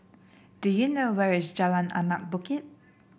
do you know where is Jalan Anak Bukit